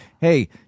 hey